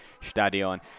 Stadion